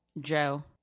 joe